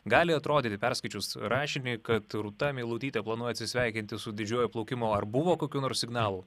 gali atrodyti perskaičius rašinį kad rūta meilutytė planuoja atsisveikinti su didžiuoju plaukimu ar buvo kokių nors signalų